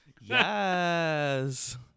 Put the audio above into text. Yes